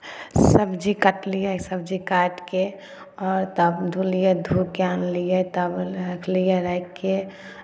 सबजी कटलियै सबजी काटि कऽ आओर तब धोलियै धो कऽ आनलियै तब रखलियै राखि कऽ